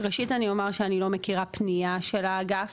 ראשית אני אומר שאני לא מכירה פנייה של האגף,